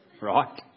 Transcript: right